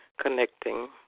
connecting